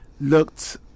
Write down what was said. looked